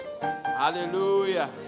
hallelujah